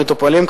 ומטופלים,